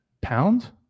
pound